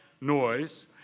noise